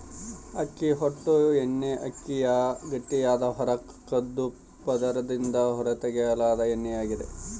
ಅಕ್ಕಿ ಹೊಟ್ಟು ಎಣ್ಣೆಅಕ್ಕಿಯ ಗಟ್ಟಿಯಾದ ಹೊರ ಕಂದು ಪದರದಿಂದ ಹೊರತೆಗೆಯಲಾದ ಎಣ್ಣೆಯಾಗಿದೆ